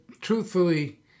truthfully